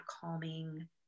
calming